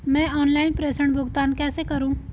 मैं ऑनलाइन प्रेषण भुगतान कैसे करूँ?